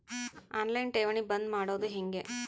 On line ಠೇವಣಿ ಬಂದ್ ಮಾಡೋದು ಹೆಂಗೆ?